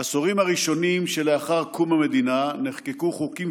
בעשורים הראשונים שלאחר קום המדינה נחקקו חוקים